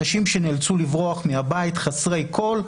אנשים שנאלצו לברוח מהבית חסרי כול,